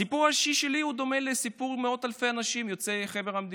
הסיפור האישי שלי דומה לסיפור של מאות אלפי אנשים יוצאי חבר המדינות: